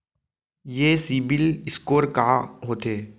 ये सिबील स्कोर का होथे?